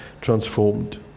transformed